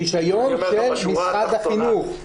רישיון של משרד החינוך.